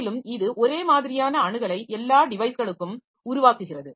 மேலும் இது ஒரே மாதிரியான அணுகலை எல்லா டிவைஸ்களுக்கும் உருவாக்குகிறது